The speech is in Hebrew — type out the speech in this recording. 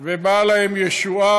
לא, אני לא יכול עוד דקה.